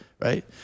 right